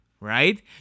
right